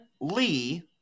Lee